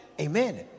Amen